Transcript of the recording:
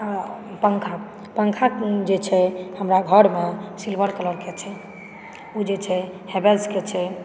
हाँ पङ्खा पङ्खा जे छै हमरा घरमे सिल्वर कलरके छै ई जे छै हैवेल्सके छै